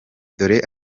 dore